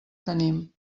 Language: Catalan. tenim